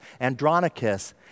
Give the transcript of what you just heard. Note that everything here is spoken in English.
Andronicus